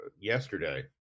yesterday